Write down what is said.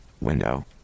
window